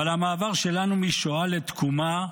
ועל המעבר שלנו משואה לתקומה,